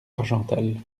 argental